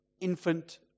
infant